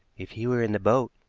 if he were in the boat,